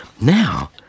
Now